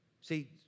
See